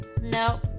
No